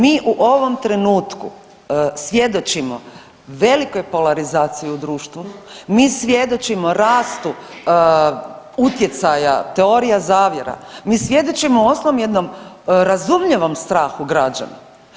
Mi u ovom trenutku svjedočimo velikoj polarizaciji u društvu, mi svjedočimo rastu utjecaja teorija zavjera, mi svjedočimo uostalom jednom razumljivom strahu građana.